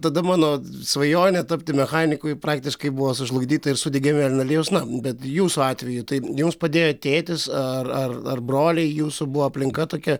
tada mano svajonė tapti mechaniku ji praktiškai buvo sužlugdyta ir sudegė mėlyna liepsna nu bet jūsų atveju tai jums padėjo tėtis ar ar ar broliai jūsų buvo aplinka tokia